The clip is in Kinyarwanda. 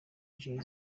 jay